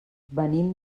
venim